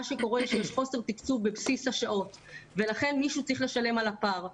מה שקורה שיש חוסר תקצוב בבסיס השעות ולכן מישהו צריך לשלם על הפער,